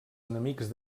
enemics